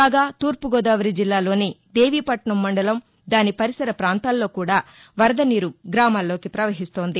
కాగా తూర్పుగోదావరి జిల్లాలోని దేవిపట్నం మండలం దాని పరిసర పాంతాల్లో కూడా వరద నీరు గ్రామాల్లోకి పపహిస్తోంది